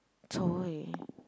choy